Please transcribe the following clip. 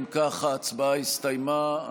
אם כך, ההצבעה הסתיימה.